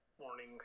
morning